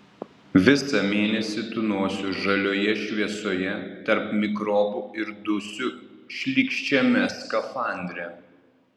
visą mėnesį tūnosiu žalioje šviesoje tarp mikrobų ir dusiu šlykščiame skafandre